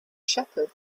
shepherd